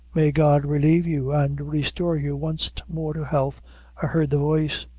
may god relieve you and restore you wanst more to health i heard the voice.